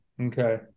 Okay